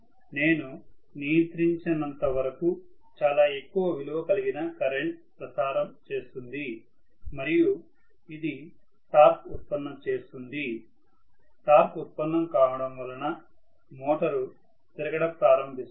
నేను నియంత్రించనంతవరకు చాలా ఎక్కువ విలువ కలిగిన కరెంట్ ప్రసారం చేస్తుంది మరియు ఇది టార్క్ ఉత్పన్నం చేస్తుంది టార్క్ ఉత్పన్నం కావడం వలన మోటరు తిరగడం ప్రారంభిస్తుంది